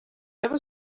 never